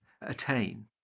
attain